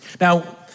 Now